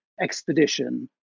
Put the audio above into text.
expedition